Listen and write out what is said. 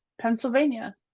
Pennsylvania